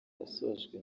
yasojwe